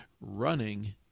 running